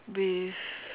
with